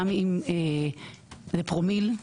גם אם זה רק פרומיל,